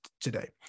today